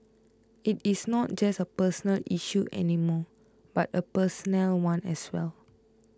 it is not just a personal issue any more but a personnel one as well